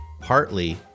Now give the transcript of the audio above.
partly